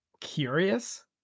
curious